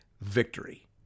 victory